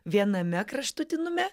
viename kraštutinume